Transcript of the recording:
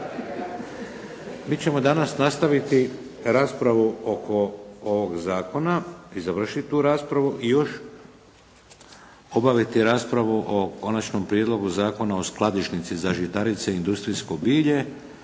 Mi ćemo danas nastaviti raspravu oko ovoga zakona i završiti tu raspravu i još obaviti raspravu o Konačnom prijedlogu Zakona o skladišnici za žitarice i industrijsko bilje